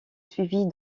suivie